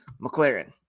McLaren